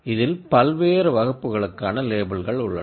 இதில் பல்வேறு கிளாஸ்ஸுகளுக்கான லேபிள்கள் உள்ளன